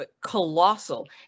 colossal